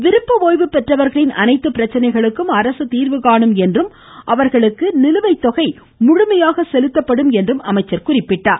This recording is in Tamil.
விருப்ப ஓய்வு பெற்றவர்களின் அனைத்து பிரச்சனைகளுக்கும் அரசு தீர்வு காணும் என்றும் அவர்களுக்கு நிலுவை தொகை முழுமையாக செலுத்தப்படும் என்றும் அமைச்சர் கூறினார்